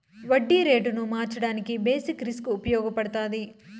వడ్డీ రేటును మార్చడానికి బేసిక్ రిస్క్ ఉపయగపడతాది